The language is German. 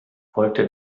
folgte